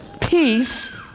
peace